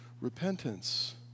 repentance